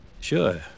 Sure